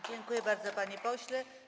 Dziękuję bardzo, panie pośle.